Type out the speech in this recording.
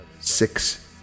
six